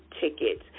tickets